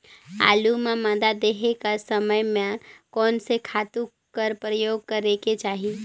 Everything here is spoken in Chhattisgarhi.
आलू ल मादा देहे समय म कोन से खातु कर प्रयोग करेके चाही?